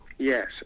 Yes